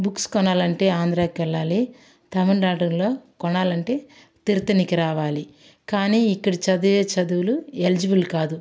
books కొనాలంటే ఆంధ్రకి వెళ్ళాలి తమిళనాడులో కొనాలంటే తిరుత్తణికి రావాలి కానీ ఇక్కడ చదివే చదువులు ఎలిజిబుల్ కాదు